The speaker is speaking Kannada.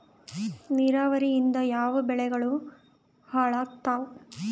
ನಿರಾವರಿಯಿಂದ ಯಾವ ಬೆಳೆಗಳು ಹಾಳಾತ್ತಾವ?